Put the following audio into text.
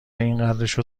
اینقدرشو